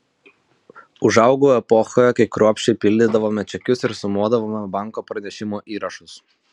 užaugau epochoje kai kruopščiai pildydavome čekius ir sumuodavome banko pranešimų įrašus